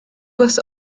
bws